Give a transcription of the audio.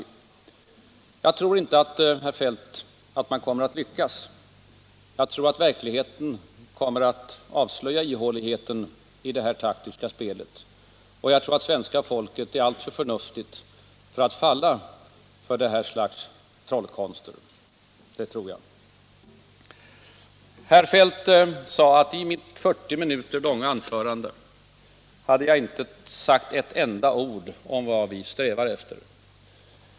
Men jag tror inte, herr Feldt, att ni kommer att lyckas. Jag tror att verkligheten kommer att avslöja ihåligheten i detta taktiska spel, och jag tror att svenska folket är alltför förnuftigt för att falla för det här slaget av trollkonster. Herr Feldt sade att jag i mitt 40 minuter långa anförande inte hade sagt ett enda ord om vad vi strävar efter.